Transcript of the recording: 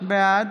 בעד